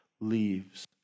leaves